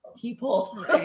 people